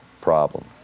problem